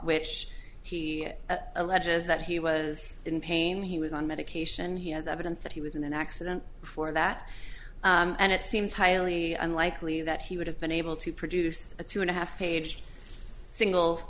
which he alleges that he was in pain he was on medication he has evidence that he was in an accident before that and it seems highly unlikely that he would have been able to produce a two and a half page single